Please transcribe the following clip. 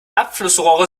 abflussrohre